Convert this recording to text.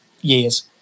years